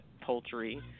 poultry